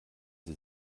sie